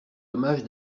dommage